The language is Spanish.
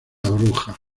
bruja